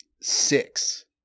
Six